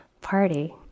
party